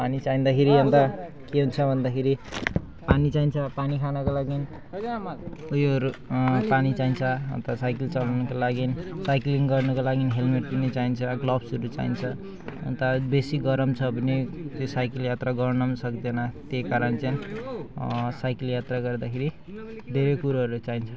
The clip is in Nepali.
पानी चाहिँदाखेरि अन्त के हुन्छ भन्दाखेरि पानी चाहिन्छ पानी खानको लागि उयोहरू पानी चाहिन्छ अन्त साइकल चलाउनको लागि साइक्लिङ गर्नको लागि हेल्मेट पनि चाहिन्छ ग्लभसहरू चाहिन्छ अन्त बेसी गरम छ भने त्यो साइकल यात्रा गर्न पनि सक्दैन त्यही कारण चाहिँ साइकल यात्रा गर्दाखेरि धेरै कुरोहरू चाहिन्छ